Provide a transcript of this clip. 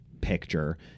picture